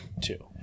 two